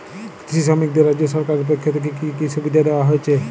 কৃষি শ্রমিকদের রাজ্য সরকারের পক্ষ থেকে কি কি সুবিধা দেওয়া হয়েছে?